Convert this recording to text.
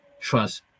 trust